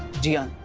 jia!